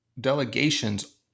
delegations